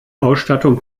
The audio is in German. ausstattung